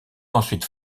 ensuite